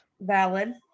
valid